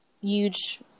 huge